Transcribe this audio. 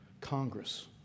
Congress